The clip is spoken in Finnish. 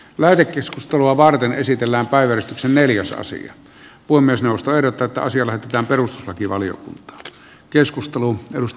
lähetekeskustelua varten esitellään vain neljäsosa ja puomin sinusta odotetaan siellä peruslakivaliot arvoisa puhemies